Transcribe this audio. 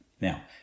Now